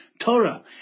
Torah